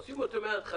עושים אותו מהתחלה.